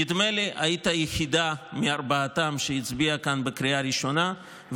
נדמה לי שהיית היחידה מארבעתם שהצביעה כאן בקריאה הראשונה,